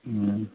नहि